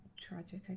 tragic